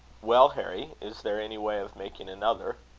well, harry, is there any way of making another?